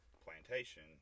plantation